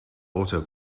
auto